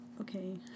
okay